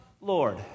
Lord